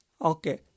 Okay